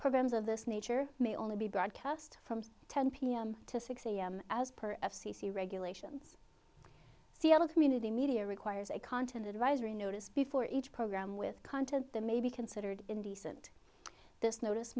programs of this nature may only be broadcast from ten pm to six am as per f c c regulations seattle community media requires a continent rise or a notice before each program with content that may be considered indecent this notice